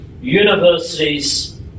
universities